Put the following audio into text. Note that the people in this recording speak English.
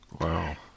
Wow